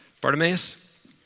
Bartimaeus